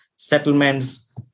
settlements